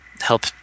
help